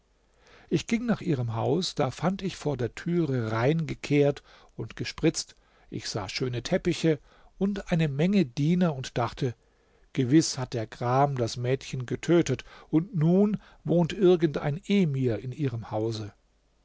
ich ging nach ihrem haus da fand ich vor der türe rein gekehrt und gespritzt ich sah schöne teppiche und eine menge diener und dachte gewiß hat der gram das mädchen getötet und nun wohnt irgend ein emir in ihrem hause